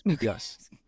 Yes